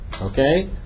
Okay